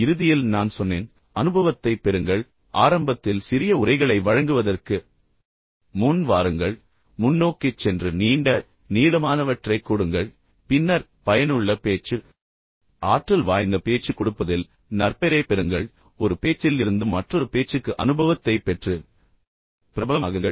இறுதியில் நான் சொன்னேன் அனுபவத்தைப் பெறுங்கள் ஆரம்பத்தில் சிறிய உரைகளை வழங்குவதற்கு முன் வாருங்கள் முன்னோக்கிச் சென்று நீண்ட நீளமானவற்றைக் கொடுங்கள் பின்னர் பயனுள்ள பேச்சு ஆற்றல் வாய்ந்த பேச்சு கொடுப்பதில் நற்பெயரைப் பெறுங்கள் ஒரு பேச்சில் இருந்து மற்றொரு பேச்சுக்கு அனுபவத்தைப் பெற்று பிரபலமாகுங்கள்